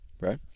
right